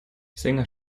sänger